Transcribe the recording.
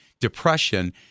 depression